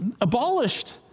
abolished